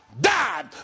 died